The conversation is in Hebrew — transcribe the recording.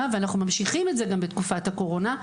ואנחנו ממשיכים את זה גם בתקופת הקורונה,